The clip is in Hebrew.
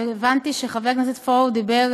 הבנתי שגם חבר הכנסת פורר דיבר,